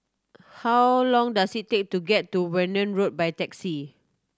how long does it take to get to Warna Road by taxi